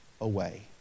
away